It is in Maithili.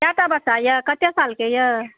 कए टा बच्चा यए कतेक सालके यए